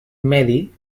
medi